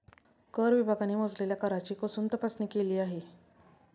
कर विभागाने मोजलेल्या कराची कसून तपासणी केली आहे